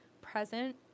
present